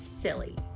silly